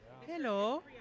hello